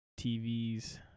TVs